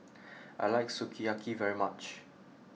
I like Sukiyaki very much